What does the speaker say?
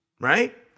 right